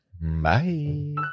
Bye